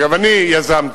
אגב, אני יזמתי,